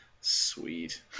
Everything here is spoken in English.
sweet